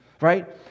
right